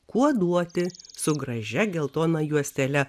kuoduoti su gražia geltona juostele